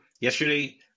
yesterday